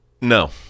No